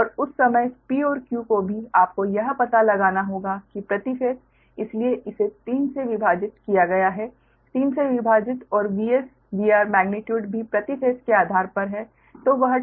और उस समय P और Q को भी आपको यह पता लगाना होगा कि प्रति फेस इसीलिए इसे 3 से विभाजित किया गया है 3 से विभाजित और VS VR मेग्नीट्यूड भी प्रति फेस के आधार पर है